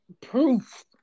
proof